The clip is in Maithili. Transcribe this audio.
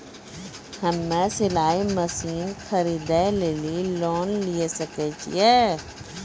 हम्मे सिलाई मसीन खरीदे लेली लोन लिये सकय छियै?